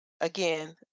again